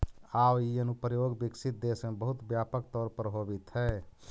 आउ इ अनुप्रयोग विकसित देश में बहुत व्यापक तौर पर होवित हइ